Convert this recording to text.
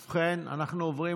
ובכן, אנחנו עוברים